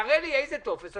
תראה לי איזה טופס.